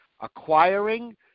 Acquiring